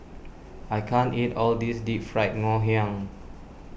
I can't eat all this Deep Fried Ngoh Hiang